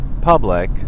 public